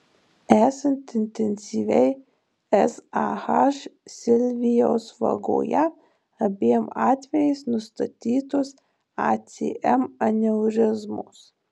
esant intensyviai sah silvijaus vagoje abiem atvejais nustatytos acm aneurizmos